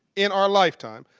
in our lifetime,